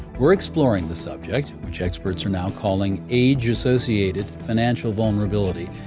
we're exploring the subject, which experts are now calling age-associated financial vulnerability,